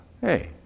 hey